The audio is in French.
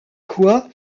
quoi